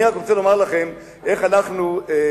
אני רק רוצה לומר לכם איך אנחנו התייחסנו